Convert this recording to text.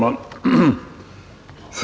Herr talman!